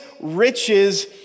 riches